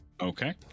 Okay